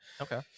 Okay